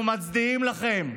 אנחנו מצדיעים לכן.